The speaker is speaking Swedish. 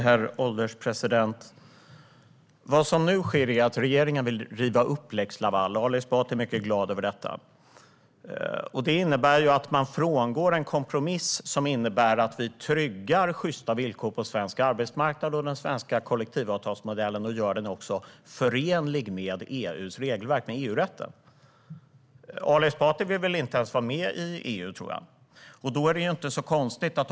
Herr ålderspresident! Vad som nu sker är att regeringen vill riva upp lex Laval - Ali Esbati är mycket glad över detta. Det innebär att man frångår en kompromiss som innebär att vi tryggar sjysta villkor på svensk arbetsmarknad och den svenska kollektivavtalsmodellen och också gör den förenlig med EU:s regelverk, med EU-rätten. Ali Esbati vill inte ens vara med i EU, tror jag. Då är det inte så konstigt.